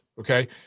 okay